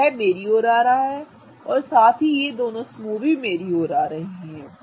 तो यह मेरी ओर आ रहा है और साथ ही ये दोनों समूह मेरी ओर आ रहे हैं